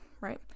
right